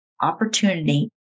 opportunity